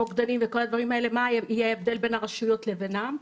מוקדנים וכל הדברים האלה מה יהיה ההבדל בין הרשויות לבינן?